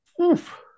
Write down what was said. Oof